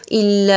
il